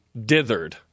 dithered